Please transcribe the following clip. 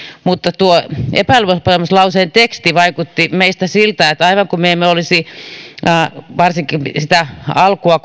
mutta tuo epäluottamuslauseen teksti vaikutti meistä siltä että aivan kuin me emme olisi varsinkaan sitä alkua